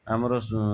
ଆମର ସ